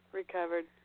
recovered